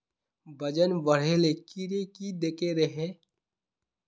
वजन बढे ले कीड़े की देके रहे?